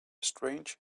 strange